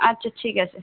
আচ্ছা ঠিক আছে